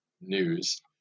news